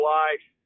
life